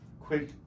quick